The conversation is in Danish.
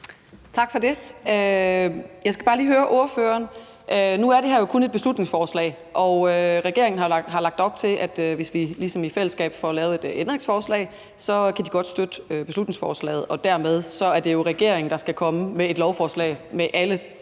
10:28 Betina Kastbjerg (DD): Tak for det. Nu er det her jo kun et beslutningsforslag, og regeringen har lagt op til, at hvis vi ligesom i fællesskab får lavet et ændringsforslag, så kan de godt støtte beslutningsforslaget, og dermed er det jo regeringen, der skal komme med et lovforslag med alle